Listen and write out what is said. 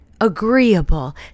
agreeable